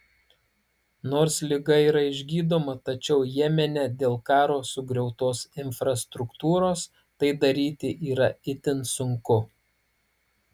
nors liga yra išgydoma tačiau jemene dėl karo sugriautos infrastruktūros tai daryti yra itin sunku